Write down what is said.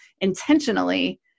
intentionally